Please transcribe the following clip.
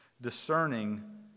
discerning